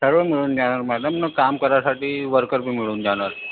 सर्व मिळून जाणार मॅडम काम करायसाठी वर्करबी मिळून जाणार